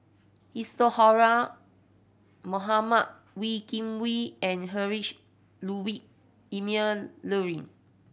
Isadhora Mohamed Wee Kim Wee and Heinrich Ludwig Emil Luering